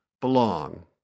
belong